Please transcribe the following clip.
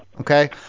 okay